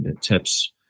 tips